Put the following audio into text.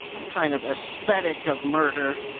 a kind of aesthetic of murder,